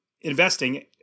investing